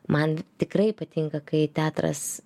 man tikrai patinka kai teatras